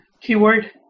keyword